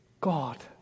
God